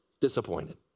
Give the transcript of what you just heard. disappointed